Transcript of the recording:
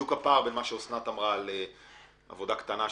בדיוק הפער בין מה שאסנת אמרה, בין אלף, אלפיים,